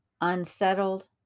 unsettled